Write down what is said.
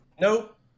Nope